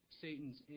Satan's